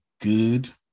good